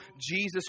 Jesus